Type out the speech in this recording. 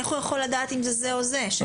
איך הוא יכול לדעת אם זה זה או זה שם ביציע?